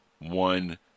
one